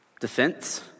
defense